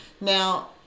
Now